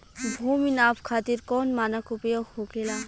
भूमि नाप खातिर कौन मानक उपयोग होखेला?